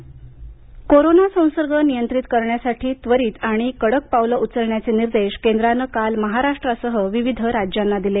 cabinet सचिव corona संसर्ग नियंत्रित करण्यासाठी त्वरित आणि कडक पावलं उचलण्याचे निर्देश केंद्रानं काल महाराष्ट्रासह विविध राज्यांना दिले